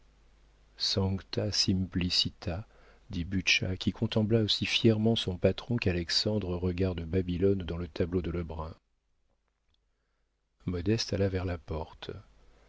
simplicita dit butscha qui contempla aussi fièrement son patron qu'alexandre regarde babylone dans le tableau de lebrun modeste alla vers la porte